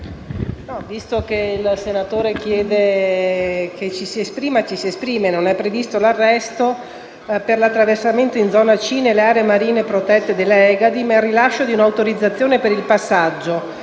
visto che il senatore D’Alì chiede che_ ci si esprima, ci si esprime: non è previsto l’arresto per l’attraversamento in zona C nelle aree marine protette delle Egadi, ma il rilascio di un’autorizzazione per il passaggio.